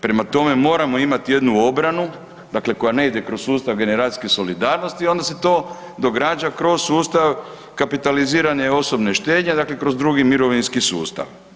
Prema tome, moramo imati jednu obranu, dakle koja ne ide kroz sustav generacijske solidarnosti onda se to događa kroz sustav kapitaliziranje osobne štednje, dakle kroz II. mirovinski sustav.